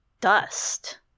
dust